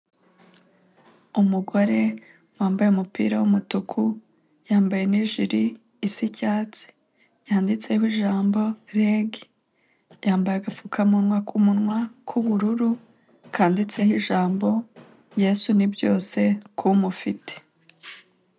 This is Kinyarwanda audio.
Umugore wambaye umupira w'umutuku yambaye n'ijiri isa icyatsi yanditseho ijambo rege yambaye agapfukamunwa k'ubururu kanditseho ijambo yesu ni byose ku mufite.